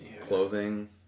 clothing